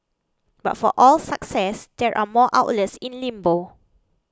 but for all success there are more outlets in limbo